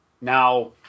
Now